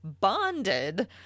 bonded